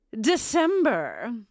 December